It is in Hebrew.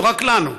לא רק לנו,